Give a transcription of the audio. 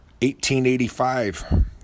1885